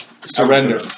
surrender